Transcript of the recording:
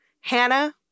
Hannah